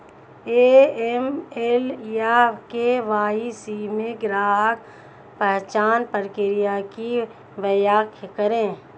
AML या KYC में ग्राहक पहचान प्रक्रिया की व्याख्या करें?